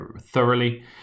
thoroughly